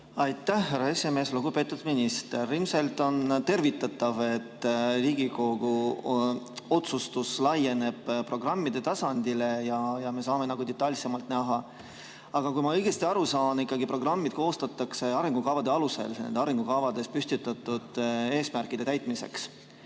Aitäh, härra esimees! Lugupeetud minister! Ilmselt on tervitatav, et Riigikogu otsustus laieneb programmide tasandile ja me saame seda kõike detailsemalt näha. Kui ma õigesti aru saan, siis programmid koostatakse arengukavade alusel nendes arengukavades püstitatud eesmärkide täitmiseks.